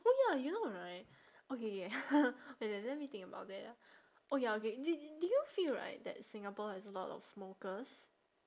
oh ya you know right okay K wait let let me think about that ah oh ya okay d~ do you feel right that singapore has a lot of smokers